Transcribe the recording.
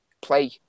play